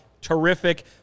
terrific